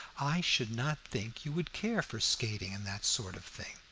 i should not think you would care for skating and that sort of thing.